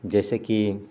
जैसेकी